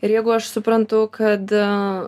ir jeigu aš suprantu kad